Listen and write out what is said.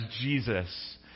Jesus